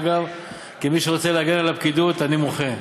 אגב, כמי שרוצה להגן על הפקידות, אני מוחה,